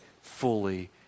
fully